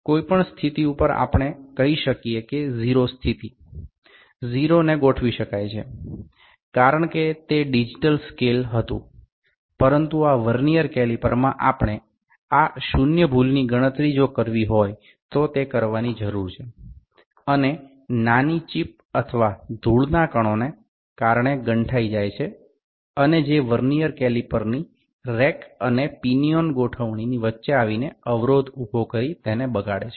કોઈ પણ સ્થિતી ઉપર આપણે કહી શકીએ કે 0 સ્થિતિ 0 ને ગોઠવી શકાય છે કારણ કે તે ડિજિટલ સ્કેલ હતું પરંતુ આ વર્નીઅર કેલિપરમાં આપણે આ શૂન્ય ભૂલની ગણતરી જો હોય તો તે કરવાની જરૂર છે અને નાની ચીપ અથવા ધૂળના કણોના કારણે ગંઠાઈ જાય છે અને જે વર્નીઅર કેલિપરની રેક અને પિનિઓન ગોઠવણીની વચ્ચે આવીને અવરોધ ઉભો કરી તેને બગાડે છે